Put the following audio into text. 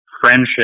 friendship